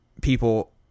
people